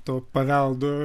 to paveldo